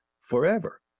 forever